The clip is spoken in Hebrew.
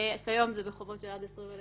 כיום זה בחובות של עד 20,000,